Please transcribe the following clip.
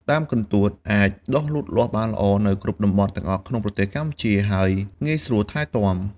ដើមកន្ទួតអាចដុះលូតលាស់បានល្អនៅគ្រប់តំបន់ទាំងអស់ក្នុងប្រទេស ហើយងាយស្រួលថែទាំ។